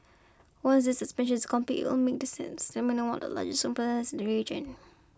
once this expansion is complete make the Sines terminal one of the largest region